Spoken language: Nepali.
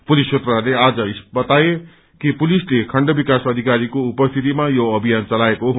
पुलिस सूत्रहरूले आज बताए कि पुलिसले खण्ड विकास अधिकारीको उपस्थितिमा यो अभियान चलाएको हो